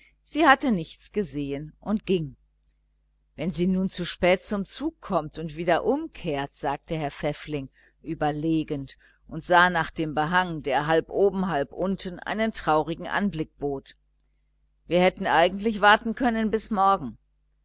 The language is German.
sie hatte nichts gesehen und eilte davon wenn sie nun zu spät zum zug kommt und wieder umkehrt sagte herr pfäffling überlegend und sah nach der portiere die halb oben halb unten einen traurigen anblick bot wir hätten eigentlich warten können bis morgen